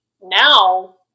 Now